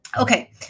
okay